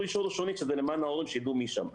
אישור ראשוני למען ההורים שיידעו מי שם.